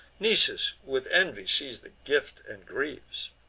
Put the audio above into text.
nisus with envy sees the gift, and grieves.